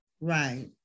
Right